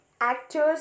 actor's